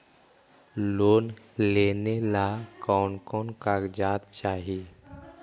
Loan लेने ला कोन कोन कागजात चाही?